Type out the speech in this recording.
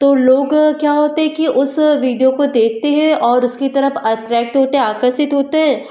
तो लोग क्या होते हैं कि उस वीडियो को देखते हैं और उसकी तरफ अट्रेक्ट होते हैं आकर्षित होते हैं